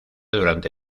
durante